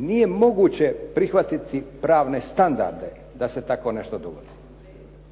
Nije moguće prihvatiti pravne standarde da se tako nešto dogodi.